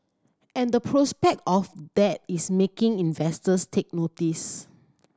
and the prospect of that is making investors take notice